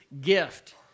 gift